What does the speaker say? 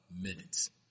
minutes